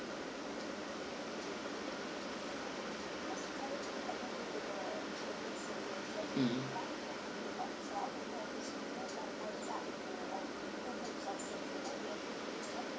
mmhmm